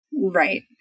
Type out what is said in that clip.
right